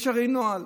יש הרי נוהל,